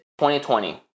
2020